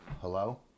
hello